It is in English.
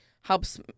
helps